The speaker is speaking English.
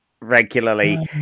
regularly